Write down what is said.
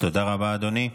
תודה רבה, אדוני.